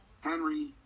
Henry